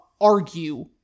argue